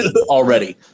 already